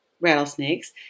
rattlesnakes